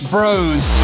Bros